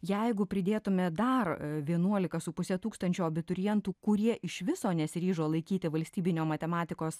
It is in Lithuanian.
jeigu pridėtume dar vienuolika su puse tūkstančio abiturientų kurie iš viso nesiryžo laikyti valstybinio matematikos